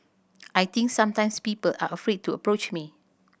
I think sometimes people are afraid to approach me